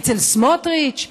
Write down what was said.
אצל סמוטריץ,